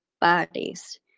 bodies